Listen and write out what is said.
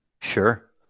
Sure